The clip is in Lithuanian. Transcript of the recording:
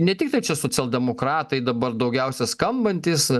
ne tiktai čia socialdemokratai dabar daugiausia skambantys